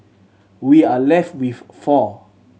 we are left with four